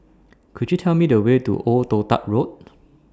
Could YOU Tell Me The Way to Old Toh Tuck Road